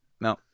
no